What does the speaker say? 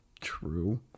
True